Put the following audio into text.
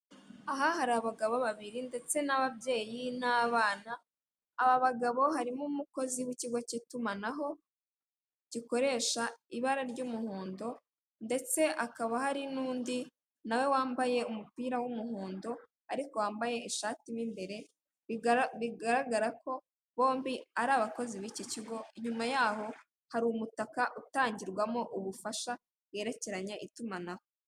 Aha hari abagabo babiri ndetse n'ababyeyi n'abana. Aba bagabo harimo umukozi w'ikigo k'itumanaho g'ikoreshwa ibara ry'umuhondo ndetse hakaba hari n'undi nawe wambaye ibara ry'umuhondo ariko wambaye ishati mo imbere bigaragara ko bombi ari abakozi biki kigo ,nyuma y'aho hari umutaka utangirwamo ubufasha bwerekeranye n'itumanaho.